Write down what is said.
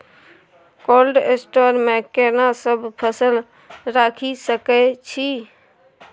Cold store मे केना सब फसल रखि सकय छी?